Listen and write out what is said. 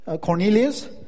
Cornelius